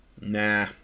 Nah